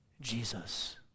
Jesus